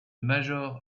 major